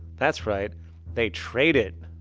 that's right they trade it!